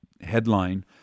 headline